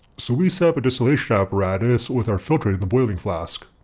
so we set up a distillation apparatus with our filtrate in the boiling flask.